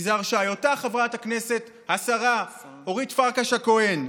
יזהר שי, אותך חברת הכנסת השרה אורית פרקש הכהן: